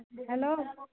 hello